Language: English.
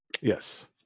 Yes